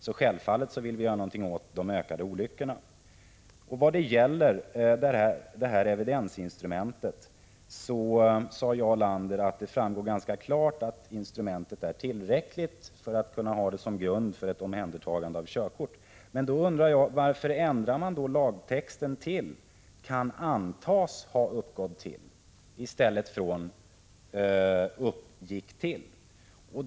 Så självfallet vill vi göra någonting åt de ökande olyckorna. Vad gäller evidensinstrumentet sade Jarl Lander att det framgår ganska klart att instrumentet är tillräckligt för att ha som grund för ett omhändertagande av körkort. Då undrar jag varför man vill ändra lagtexten till ”kan antas ha uppgått till” från ”uppgick till”.